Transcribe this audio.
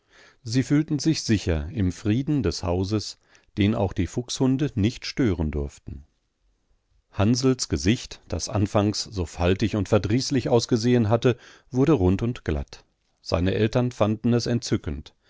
sie fühlten sich sicher im frieden des hauses den auch die fuchshunde nicht stören durften hansls gesicht das anfangs so faltig und verdrießlich ausgesehen hatte wurde rund und glatt seine eltern fanden es entzückend